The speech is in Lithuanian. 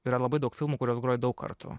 yra labai daug filmų kuriuos groju daug kartų